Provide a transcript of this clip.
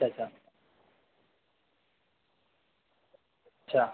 अच्छा अच्छा अच्छा